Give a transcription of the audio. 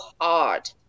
hard